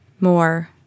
more